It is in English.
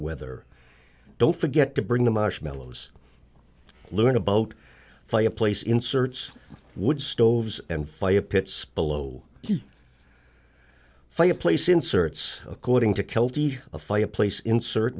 weather don't forget to bring the marshmallows learn a boat fireplace inserts wood stoves and fire pits below fireplace inserts according to kelty a fireplace insert